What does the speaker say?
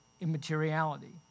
immateriality